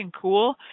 cool